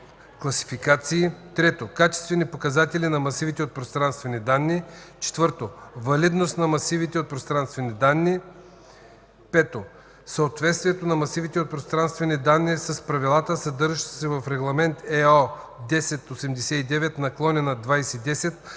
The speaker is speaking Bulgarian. класификации; 3. качествени показатели за масивите от пространствени данни; 4. валидност на масивите от пространствени данни; 5. съответствието на масивите от пространствени данни с правилата, съдържащи се в Регламент (ЕО) № 1089/2010